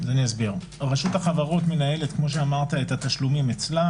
רשות החברות מנהלת את התשלומים אצלה.